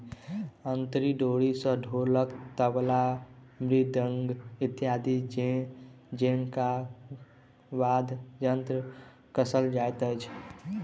अंतरी डोरी सॅ ढोलक, तबला, मृदंग इत्यादि जेंका वाद्य यंत्र कसल जाइत छै